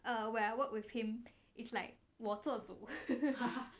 uh where I work with him if like 我做主